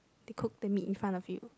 they cook the meat in front of you